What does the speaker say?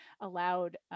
allowed